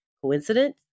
Coincidence